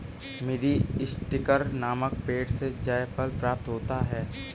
मीरीस्टिकर नामक पेड़ से जायफल प्राप्त होता है